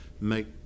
make